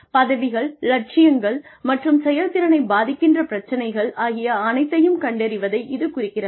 பதவிகள் லட்சியங்கள் மற்றும் செயல்திறனை பாதிக்கின்ற பிரச்சனைகள் ஆகிய அனைத்தையும் கண்டறிவதை இது குறிக்கிறது